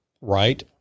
right